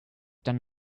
done